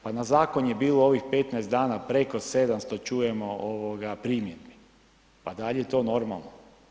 Pa na zakon je bilo ovih 15 dana preko 700 čujemo primjedbi, pa da li je to normalno?